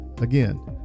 Again